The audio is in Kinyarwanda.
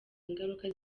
ingaruka